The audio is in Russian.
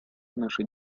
нашей